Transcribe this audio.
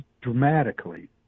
dramatically